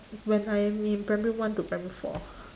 when I'm in primary one to primary four